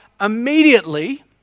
immediately